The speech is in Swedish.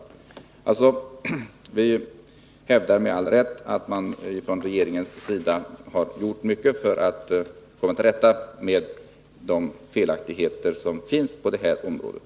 Vi hävdar med all rätt att regeringen har gjort mycket för att komma till rätta med de felaktigheter som finns på det här området.